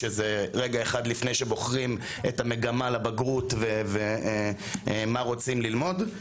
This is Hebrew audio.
שזה רגע אחד לפני שבוחרים את המגמה לבגרות ומה רוצים ללמוד.